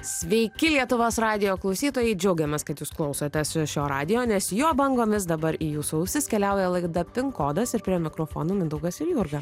sveiki lietuvos radijo klausytojai džiaugiamės kad jūs klausotės šio radijo nes jo bangomis dabar į jūsų ausis keliauja laida pin kodas ir prie mikrofonų mindaugas ir jurga